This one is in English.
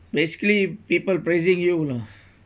basically people praising you lah